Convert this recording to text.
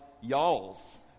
y'alls